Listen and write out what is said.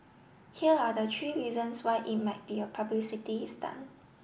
here are the three reasons why it might be a publicity stunt